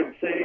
say